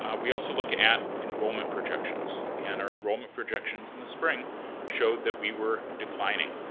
um we also look at enrollment projections. and our enrollment projections in the spring showed that we were declining.